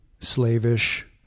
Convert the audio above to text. slavish